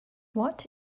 watt